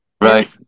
Right